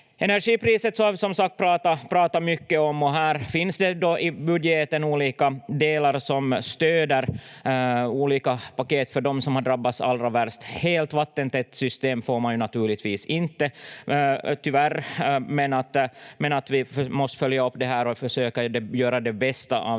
Energipriset har vi som sagt pratat mycket om, och här finns det i budgeten olika delar som stöder, olika paket för dem som har drabbats allra värst. Ett helt vattentätt system får man ju naturligtvis inte, tyvärr, men vi måste följa upp det här och försöka göra det bästa av